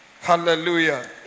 Hallelujah